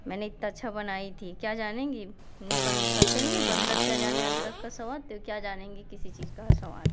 मैंने इतना अच्छा बनाई थी क्या जानेंगी बन कहते नहीं हैं बंदर क्या जाने अदरक का स्वाद तो क्या जानेंगी किसी चीज़ का स्वाद